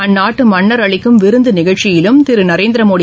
அந்நாட்டு மன்னா் அளிக்கும் விருந்தும் நிகழ்ச்சியிலும்பங்கேற்கும் திரு நரேந்திரமோடி